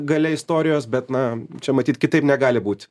gale istorijos bet na čia matyt kitaip negali būti